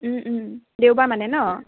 দেওবাৰ মানে ন